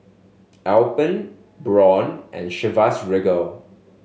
Alpen Braun and Chivas Regal